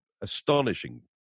astonishing